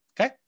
Okay